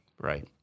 right